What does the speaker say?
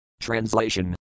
Translation